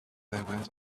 went